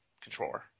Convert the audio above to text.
controller